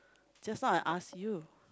just now I asked you